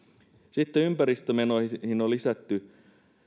sitten ympäristömenoihin on lisätty